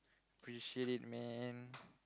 appreciate it man